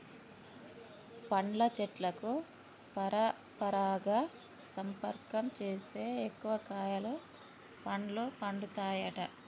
పండ్ల చెట్లకు పరపరాగ సంపర్కం చేస్తే ఎక్కువ కాయలు పండ్లు పండుతాయట